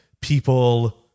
people